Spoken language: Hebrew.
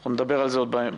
אנחנו נדבר על זה עוד בהמשך.